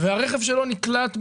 והרכב שלו נקלט במצלמה,